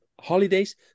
holidays